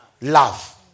love